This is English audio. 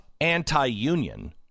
anti-union